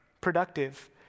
productive